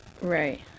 right